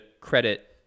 credit